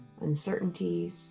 uncertainties